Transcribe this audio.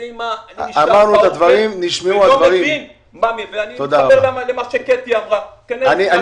אני מתייחס למה שאמרה קטי שטרית, ואומר שכנראה יש